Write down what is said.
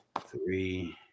three